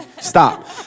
Stop